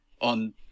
on